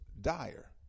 dire